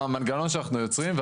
המנגנון שאנחנו יוצרים,